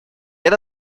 это